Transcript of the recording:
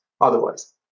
otherwise